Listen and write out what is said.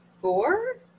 four